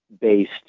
based